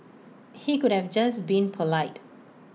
he could have just been polite